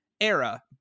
era